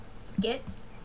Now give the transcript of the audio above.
skits